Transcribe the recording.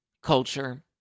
Culture